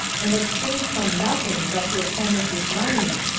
and abstained from nothing but hyrcanus's money,